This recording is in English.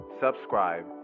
subscribe